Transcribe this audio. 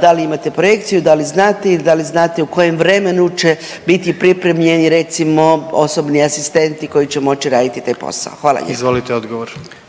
da li imate projekciju, da li znate i da li znate u kojem vremenu će biti pripremljeni recimo osobni asistenti koji će moći raditi taj posao? Hvala lijepa. **Jandroković,